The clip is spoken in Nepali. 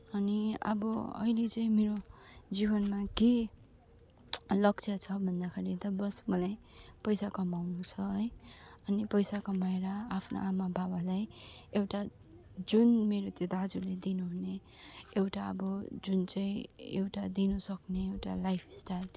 अनि अब अहिले चाहिँ मेरो जीवनमा के लक्ष्य छ भन्दाखेरि त बस् मलाई पैसा कमाउनु छ है अनि पैसा कमाएर आफ्नो आमा बाबालाई एउटा जुन मेरो त्यो दाजुले दिनुहुने एउटा अब जुन चाहिँ एउटा दिन सक्ने एउटा लाइफस्टाइल थियो